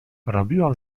robiłam